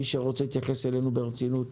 מי שרוצה להתייחס אלינו ברצינות